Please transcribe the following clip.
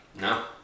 no